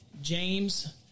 James